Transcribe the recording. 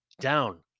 Down